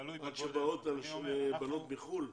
או כשבאות בנות מחו"ל?